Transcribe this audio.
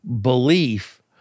belief